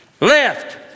Left